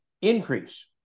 increase